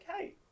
Okay